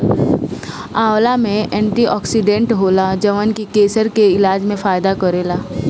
आंवला में एंटीओक्सिडेंट होला जवन की केंसर के इलाज में फायदा करेला